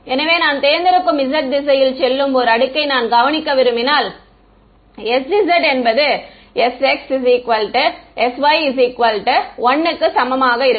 எனவே நான் தேர்ந்தெடுக்கும் z திசையில் செல்லும் ஒரு அடுக்கை நான் கவனிக்க விரும்பினால் sz என்பது sx sy 1 க்கு சமமாக இருக்கும்